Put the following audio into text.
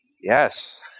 Yes